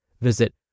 Visit